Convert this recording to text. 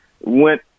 went